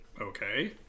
Okay